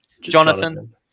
Jonathan